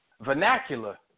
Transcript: Vernacular